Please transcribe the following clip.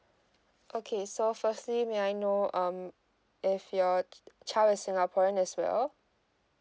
okay so firstly may I know um if your child is singaporean as well